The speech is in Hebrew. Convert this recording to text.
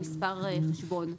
מספר חשבון.